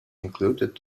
included